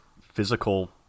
physical